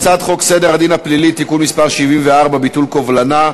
אני קובע כי הצעת חוק רשות הספנות והנמלים (תיקון מס' 4 והוראת שעה)